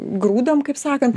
grūdom kaip sakant